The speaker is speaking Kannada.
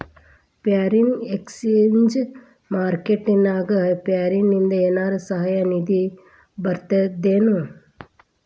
ಫಾರಿನ್ ಎಕ್ಸ್ಚೆಂಜ್ ಮಾರ್ಕೆಟ್ ನ್ಯಾಗ ಫಾರಿನಿಂದ ಏನರ ಸಹಾಯ ನಿಧಿ ಬರ್ತದೇನು?